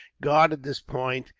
guarded this point,